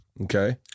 okay